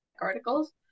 articles